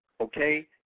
okay